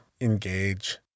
engage